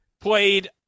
Played